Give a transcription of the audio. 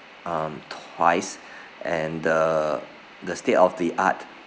um twice and the the state of the art